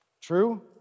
True